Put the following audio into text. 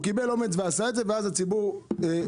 הוא קיבל אומץ ועשה את זה ואז הציבור זועק,